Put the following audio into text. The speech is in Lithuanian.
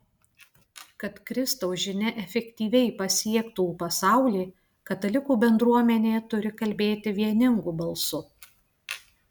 kad kristaus žinia efektyviai pasiektų pasaulį katalikų bendruomenė turi kalbėti vieningu balsu